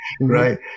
right